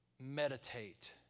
meditate